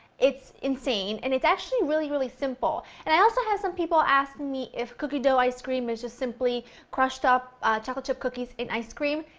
it's insane! and, it's actually really really simple. and i've also had some people ask me if cookie dough ice cream is just simply crushed up chocolate chip cookies in ice cream.